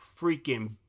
freaking